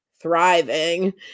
thriving